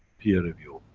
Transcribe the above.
peer review.